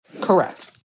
Correct